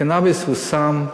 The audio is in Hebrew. קנאביס הוא סם.